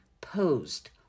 posed